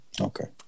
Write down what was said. Okay